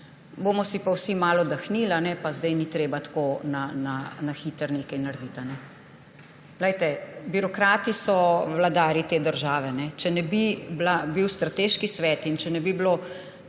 bomo si pa vsi malo oddahnili pa zdaj ni treba tako na hitro nekaj narediti. Poglejte, birokrati so vladarji te države. Če ne bi bil strateški svet in ne bi bilo